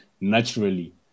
naturally